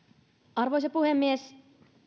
arvoisa puhemies